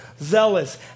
zealous